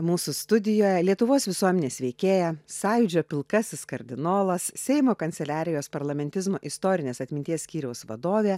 mūsų studijoje lietuvos visuomenės veikėja sąjūdžio pilkasis kardinolas seimo kanceliarijos parlamentarizmo istorinės atminties skyriaus vadovė